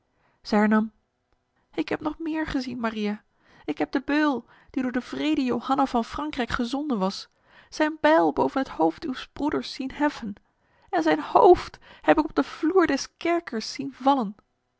zij hernam ik heb nog meer gezien maria ik heb de beul die door de wrede johanna van frankrijk gezonden was zijn bijl boven het hoofd uws broeders zien heffen en zijn hoofd heb ik op de vloer des kerkers zien vallen